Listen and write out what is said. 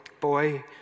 boy